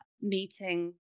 meeting